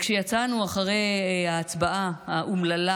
כשיצאנו אחרי ההצבעה האומללה